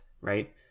right